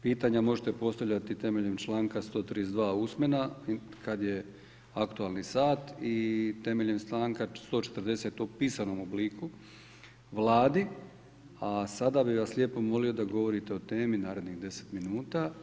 Pitanja možete postaviti temeljem članka 132. usmena, kada je aktualni sat i temelje članka 140. u pisanom obliku Vlada, a sada bi vas lijepo molio da govorite o temi narednih 10 minuta.